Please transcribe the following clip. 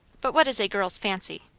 but what is a girl's fancy?